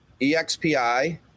EXPI